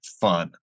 fun